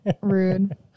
Rude